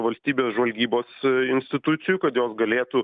valstybės žvalgybos institucijų kad jos galėtų